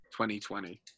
2020